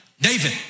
David